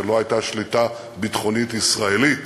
כשלא הייתה שליטה ביטחונית ישראלית